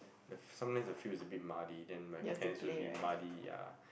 sometimes the field is a bit muddy then my pants would be muddy yea